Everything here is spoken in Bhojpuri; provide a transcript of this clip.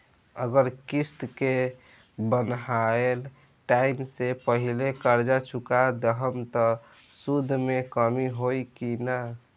अगर किश्त के बनहाएल टाइम से पहिले कर्जा चुका दहम त सूद मे कमी होई की ना?